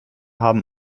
haben